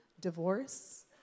divorce